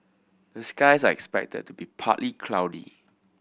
the skies are expected to be partly cloudy